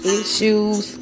issues